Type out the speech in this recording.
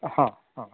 हा हा